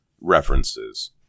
references